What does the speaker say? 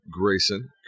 Grayson